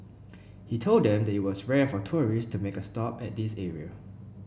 he told them that it was rare for tourists to make a stop at this area